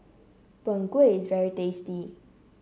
Png Kueh is very tasty